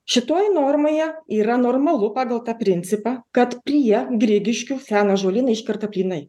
šitoj normoje yra normalu pagal tą principą kad prie grigiškių seną ąžuolyną iškerta plynai